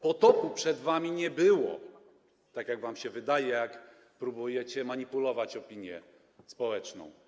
Potopu przed wami nie było, tak jak wam się wydaje, jak próbujecie manipulować opinią społeczną.